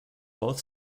both